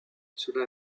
cela